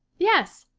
yes.